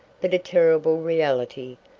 but a terrible reality,